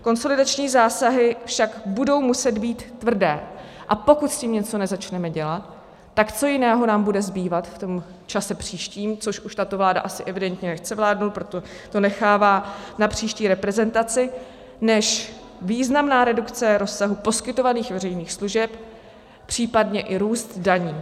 Konsolidační zásahy však budou muset být tvrdé, a pokud s tím něco nezačneme dělat, tak co jiného nám bude zbývat v tom čase příštím, což už tato vláda asi evidentně nechce vládnout, proto to nechává na příští reprezentaci, než významná redukce rozsahu poskytovaných veřejných služeb, případně i růst daní.